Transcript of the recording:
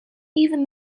even